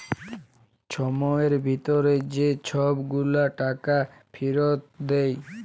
ছময়ের ভিতরে যে ছব গুলা টাকা ফিরত দেয়